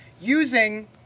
using